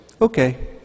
okay